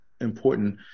important